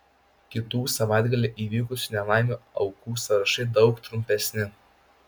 kitų savaitgalį įvykusių nelaimių aukų sąrašai daug trumpesni